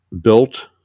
built